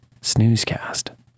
snoozecast